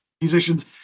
musicians